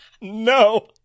no